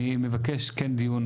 אני מבקש כן דיון